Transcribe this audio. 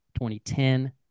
2010